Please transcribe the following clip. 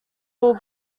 will